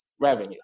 revenue